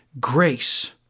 Grace